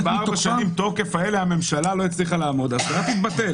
אם בתוך ארבע שנים הממשלה לא הצליחה לעמוד בפרסום אז האסדרה תתבטל.